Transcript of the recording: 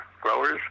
growers